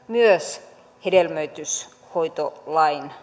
myös hedelmöityshoitolain